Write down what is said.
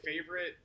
favorite-